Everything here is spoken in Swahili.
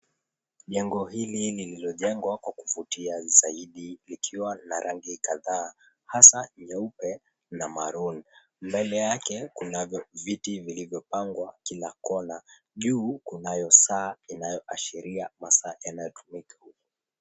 Jengo hili lililojengwa kwa kuvutia zaidi likiwa na rangi kadhaa hasa nyeupe na maroon .Mbele yake kunavyo viti vilivyopangwa kila Kona. Juu kunayo saa inayoashiria masaa inayotumika.